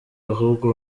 ahubwo